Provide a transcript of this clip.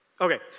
Okay